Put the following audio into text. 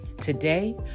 Today